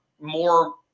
more